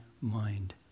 mind